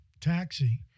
taxi